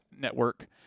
Network